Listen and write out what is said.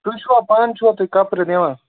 تُہۍ چھُوا پانہٕ چھُوا تُہۍ کَپرٕ نِوان